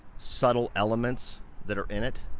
subtle elements that are in it.